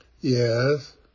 Yes